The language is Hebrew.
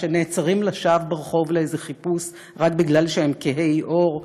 שנעצרים לשווא ברחוב לאיזה חיפוש רק בגלל שהם כהי עור.